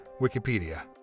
Wikipedia